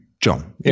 John